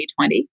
2020